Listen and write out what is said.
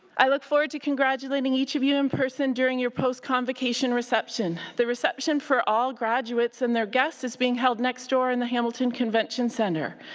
i look forward to congratulating each of you in person during your post-convocation reception. the reception for all graduates and their guests is being held next door in the hamilton convention center.